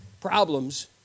problems